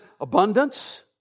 abundance